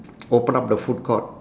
open up the food court